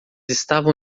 estavam